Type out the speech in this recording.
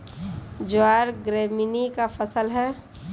ज्वार ग्रैमीनी का फसल है